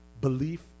belief